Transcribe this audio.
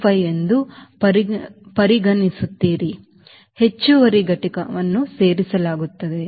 25 ಎಂದು ಪರಿಗಣಿಸುತ್ತೀರಿ ಹೆಚ್ಚುವರಿ ಘಟಕವನ್ನು ಸೇರಿಸಲಾಗುತ್ತದೆ